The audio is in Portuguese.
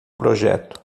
projeto